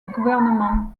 gouvernement